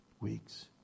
weeks